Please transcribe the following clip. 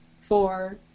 four